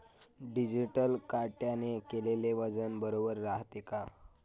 Digital काट्याने केलेल वजन बरोबर रायते का?